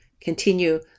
continue